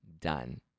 Done